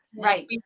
right